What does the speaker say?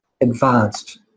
Advanced